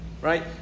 right